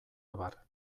abar